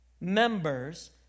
members